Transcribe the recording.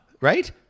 right